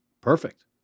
perfect